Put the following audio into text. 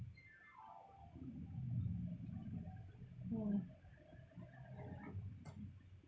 mm